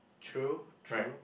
true true